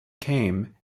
came